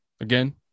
Again